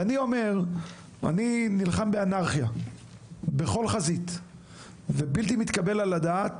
ואני נלחם באנרכיה בכל חזית ובלתי מתקבל על הדעת